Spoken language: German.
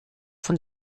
von